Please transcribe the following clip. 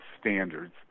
standards